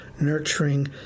nurturing